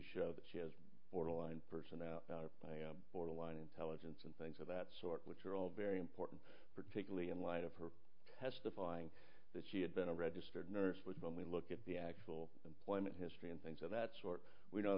show that she has borderline personality borderline intelligence and things of that sort which are all very important particularly in light of her testifying that she had been a registered nurse when we look at the actual employment history and things of that sort we